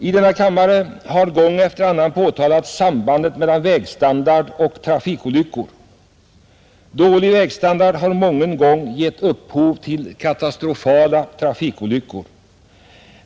I denna kammare har gång efter annan påtalats sambandet mellan vägstandard och trafikolyckor. Dålig vägstandard har mången gång givit upphov till katastrofala trafikolyckor.